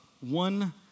one